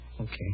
Okay